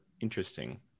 interesting